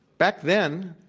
back then,